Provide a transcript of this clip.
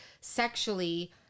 sexually